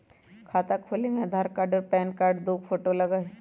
खाता खोले में आधार कार्ड और पेन कार्ड और दो फोटो लगहई?